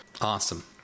Awesome